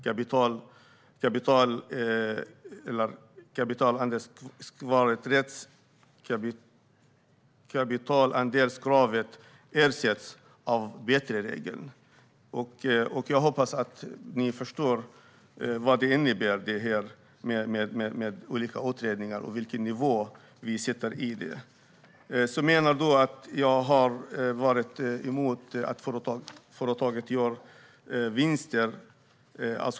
Kapitalandelskravet ersätts med en bättre regel. Jag hoppas att ni förstår vad det innebär med olika utredningar och med den nivå som vi betraktar dem. Sedan menar du att jag har varit emot att företag gör vinster.